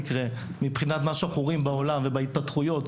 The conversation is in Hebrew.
מבחינת מה שאנחנו רואים בעולם ובהתפתחויות,